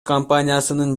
компаниясынын